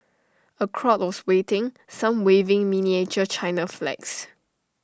A crowd was waiting some waving miniature China flags